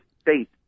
State